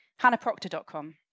hannahproctor.com